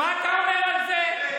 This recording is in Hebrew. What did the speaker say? מה אתה אומר על זה?